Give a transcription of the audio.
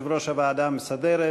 יושב-ראש הוועדה המסדרת.